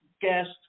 Guest